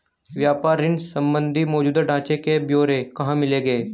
व्यापार ऋण संबंधी मौजूदा ढांचे के ब्यौरे कहाँ मिलेंगे?